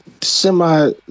Semi